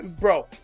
Bro